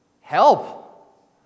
Help